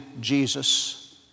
Jesus